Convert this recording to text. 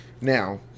Now